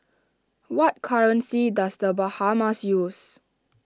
what currency does the Bahamas use